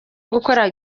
gukora